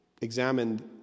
examined